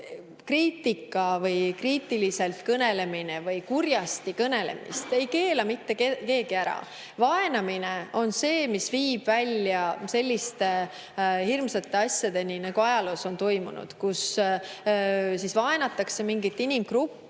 kriitikat või kriitiliselt või kurjasti kõnelemist mitte keegi ära. Vaenamine on see, mis viib välja selliste hirmsate asjadeni, nagu ajaloos on toimunud, kui on vaenatud mingit inimgruppi